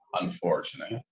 unfortunate